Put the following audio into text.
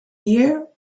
year